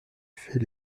fait